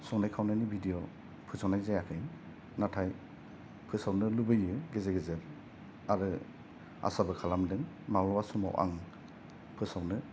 संनाय खावनायनि भिडिअ फोसावनाय जायाखै नाथाय फोसावनो लुबैयो गेजेर गेजेर आरो आसा बो खालामदों माब्ला बा समाव आं फोसावनो